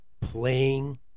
playing